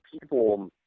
people